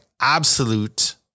absolute